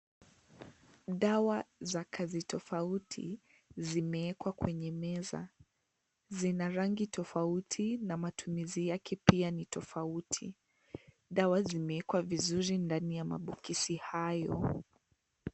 Dawa za kazi tofauti, zimewekwa kwa meza. Zina rangi tofauti na matumizi yake pia ni tofauti. Dawa zimewekwa vizuri ndani ya maboksi hayo.